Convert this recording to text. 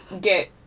get